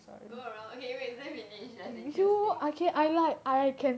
go around okay wait say finish that's interesting